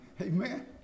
Amen